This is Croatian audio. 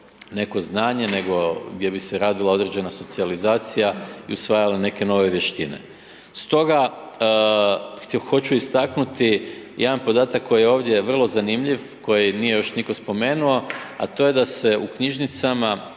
neko znanje nego gdje bi se radila određena socijalizacija i usvajale neke nove vještine. Stoga hoću istaknuti jedan podatak koji je ovdje vrlo zanimljiv, koji nije još nitko spomenuo, a to je da se u knjižnicama